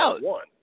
one